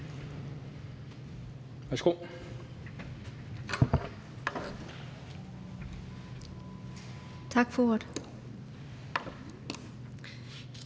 det. Tak for ordet.